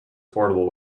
affordable